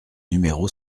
numéro